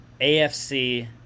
afc